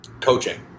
Coaching